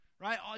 Right